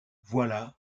voilà